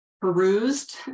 perused